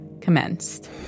commenced